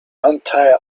entire